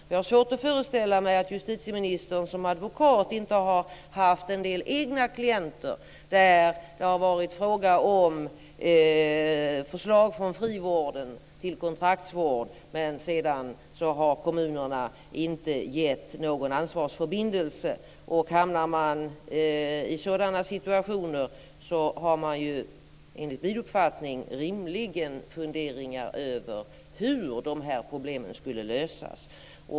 Jag har svårt att föreställa mig att justitieministern som advokat inte har haft en del egna klienter där det varit fråga om förslag från frivården till kontraktsvård men där kommunerna sedan inte gett någon ansvarsförbindelse. Hamnar man i sådana situationer har man ju, enligt min uppfattning, rimligen funderingar över hur de här problemen skulle lösas.